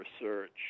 research